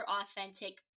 authentic